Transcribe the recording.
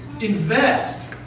Invest